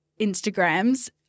Instagrams